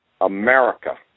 America